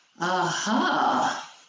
Aha